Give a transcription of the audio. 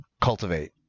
cultivate